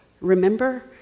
remember